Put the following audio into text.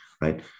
Right